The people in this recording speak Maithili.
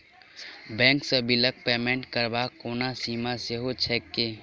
बैंक सँ बिलक पेमेन्ट करबाक कोनो सीमा सेहो छैक की?